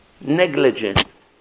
negligence